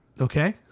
Okay